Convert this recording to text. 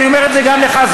אני אומר את זה גם לך,